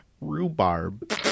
rhubarb